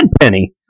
penny